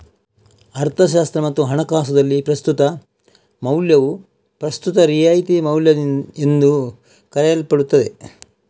ಅರ್ಥಶಾಸ್ತ್ರ ಮತ್ತು ಹಣಕಾಸುದಲ್ಲಿ, ಪ್ರಸ್ತುತ ಮೌಲ್ಯವು ಪ್ರಸ್ತುತ ರಿಯಾಯಿತಿ ಮೌಲ್ಯಎಂದೂ ಕರೆಯಲ್ಪಡುತ್ತದೆ